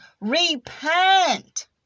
repent